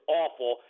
awful